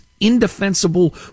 indefensible